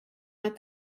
that